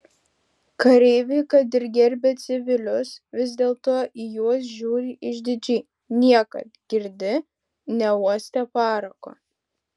kareiviai kad ir gerbia civilius vis dėlto į juos žiūri išdidžiai niekad girdi neuostę parako